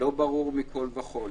לא ברו מכל וכל.